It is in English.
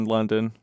London